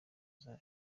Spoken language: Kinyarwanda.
zayo